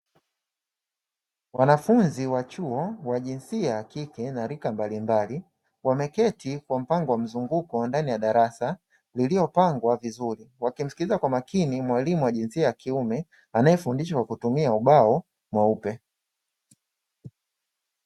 Wanafunzi wa chuo wa jinsia ya kike na rika mbalimbali wameketi kwa mpango wa mzunguko ndani ya darasa iliyopangwa vizuri, wakimsikiliza kwa makini mwalimu wa jinsia ya kiume anayefundishwa kwa kutumia ubao mweupe.